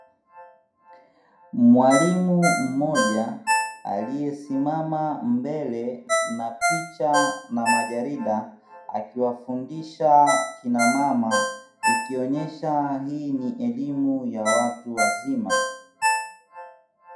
Mwalimu mmoja aliyesimama mbele na picha na majarida, akiwafundisha kina mama ikionyesha hii ni elimu ya watu wazima.